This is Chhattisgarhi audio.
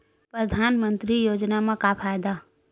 परधानमंतरी योजना म का फायदा?